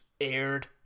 aired